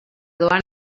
doan